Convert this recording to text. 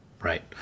Right